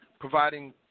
providing